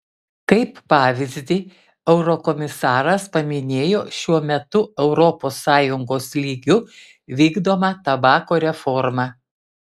kaip pavyzdį eurokomisaras paminėjo šiuo metu europos sąjungos lygiu vykdomą tabako reformą